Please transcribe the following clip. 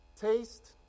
taste